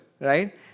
right